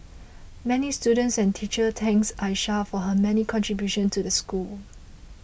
many students and teachers thanks Aisha for her many contributions to the school